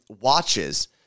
watches